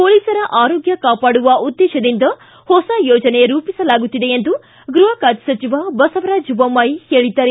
ಪೊಲೀಸರ ಆರೋಗ್ಯ ಕಾಪಾಡುವ ಉದ್ದೇಶದಿಂದ ಹೊಸ ಯೋಜನೆಯನ್ನು ರೂಪಿಸಲಾಗುತ್ತಿದೆ ಎಂದು ಗೃಹ ಖಾತೆ ಸಚಿವ ಬಸವರಾಜ್ ಬೊಮ್ಮಾಯಿ ಹೇಳಿದ್ದಾರೆ